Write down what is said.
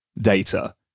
data